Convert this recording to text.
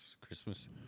Christmas